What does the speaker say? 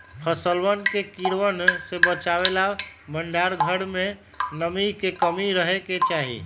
फसलवन के कीड़वन से बचावे ला भंडार घर में नमी के कमी रहे के चहि